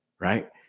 Right